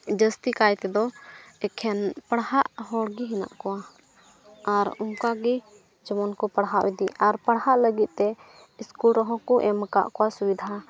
ᱡᱟᱹᱥᱛᱤ ᱠᱟᱭ ᱛᱮᱫᱚ ᱮᱠᱷᱮᱱ ᱯᱟᱲᱦᱟᱜ ᱦᱚᱲᱜᱮ ᱢᱮᱱᱟᱜ ᱠᱚᱣᱟ ᱟᱨ ᱚᱱᱠᱟ ᱜᱮ ᱡᱮᱢᱚᱱ ᱠᱚ ᱯᱟᱲᱦᱟᱣ ᱤᱫᱤᱜ ᱟᱨ ᱯᱟᱲᱦᱟᱜ ᱞᱟᱹᱜᱤᱫ ᱛᱮ ᱥᱠᱩᱞ ᱨᱮᱦᱚᱸ ᱠᱚ ᱮᱢ ᱟᱠᱟᱫ ᱠᱚᱣᱟ ᱥᱩᱵᱤᱫᱷᱟ